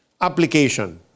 Application